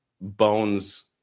bones